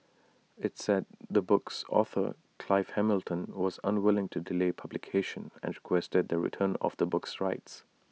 IT said the book's author Clive Hamilton was unwilling to delay publication and requested the return of the book's rights